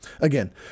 again